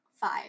five